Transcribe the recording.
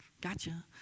Gotcha